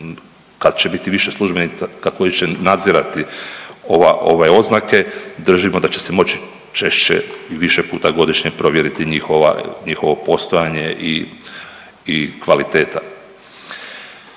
kad će biti više službenica koji će nadzirati ova, ove oznake, držimo da će se moći češće i više puta godišnje provjeriti njihova, njihovo postojanje i kvaliteta.